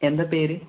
എന്താണ് പേര്